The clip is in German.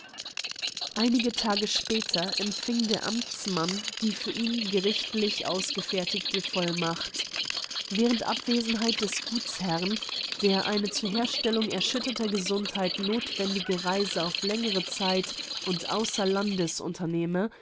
einige tage später empfing der amtmann die für ihn gerichtlich ausgefertigte vollmacht während abwesenheit des gutsherrn der eine zur herstellung erschütterter gesundheit nothwendige reise auf längere zeit und außer